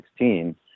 2016